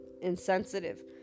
insensitive